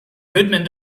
goodman